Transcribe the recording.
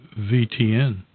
VTN